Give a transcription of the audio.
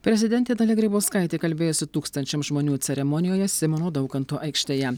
prezidentė dalia grybauskaitė kalbėjusi tūkstančiam žmonių ceremonijoje simono daukanto aikštėje